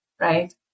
right